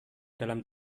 dalam